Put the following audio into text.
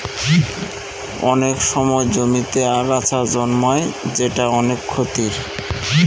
অনেক সময় জমিতে আগাছা জন্মায় যেটা অনেক ক্ষতির